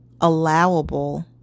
allowable